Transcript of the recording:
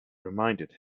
reminded